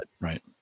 right